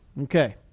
Okay